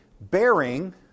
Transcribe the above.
Bearing